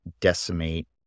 decimate